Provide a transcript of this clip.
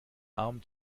armen